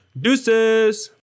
deuces